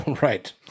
Right